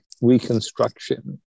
reconstruction